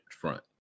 front